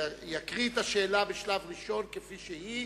יקריא את השאלה בשלב ראשון כפי שהיא,